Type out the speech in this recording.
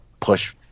push